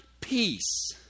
peace